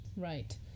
right